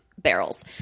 Barrels